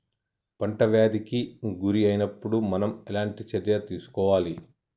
పంట వ్యాధి కి గురి అయినపుడు మనం ఎలాంటి చర్య తీసుకోవాలి?